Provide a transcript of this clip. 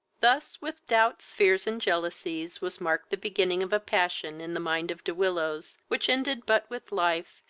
thus, with doubts, fears, and jealousies, was marked the beginning of a passion in the mind of de willows, which ended but with life,